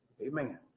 Amen